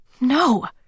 No